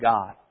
God